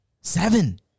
Seven